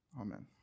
Amen